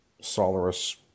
Solaris